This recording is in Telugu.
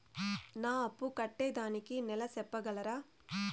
నా అప్పు కట్టేదానికి నెల సెప్పగలరా?